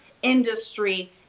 industry